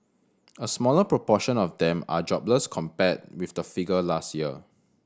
a smaller proportion of them are jobless compared with the figure last year